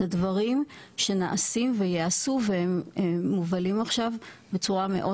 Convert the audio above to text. זה דברים שנעשים ויעשו והם מובלים עכשיו בצורה מאוד